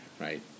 right